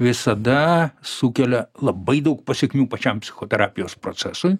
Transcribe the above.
visada sukelia labai daug pasekmių pačiam psichoterapijos procesui